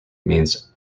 means